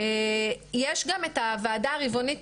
יש גם את הוועדה הרבעונית